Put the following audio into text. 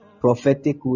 prophetic